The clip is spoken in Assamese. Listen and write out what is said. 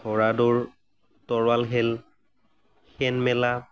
ঘোঁৰা দৌৰ তৰোৱাল খেল শেনমেলা